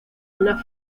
una